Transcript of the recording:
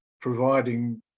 providing